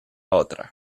otra